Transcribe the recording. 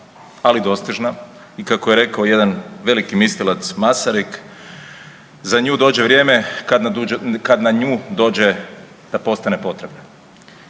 ali dostižna i kako je rekao jedan veliki mislilac Masarik za nju dođe vrijeme kad na nju dođe da postane potrebna.